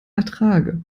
ertrage